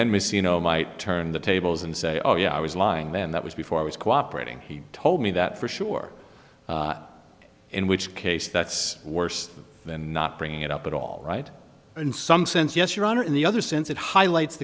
then miss you know might turn the tables and say oh yeah i was lying then that was before i was cooperating he told me that for sure in which case that's worse than not bringing it up at all right in some sense yes your honor in the other sense it highlights